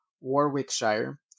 Warwickshire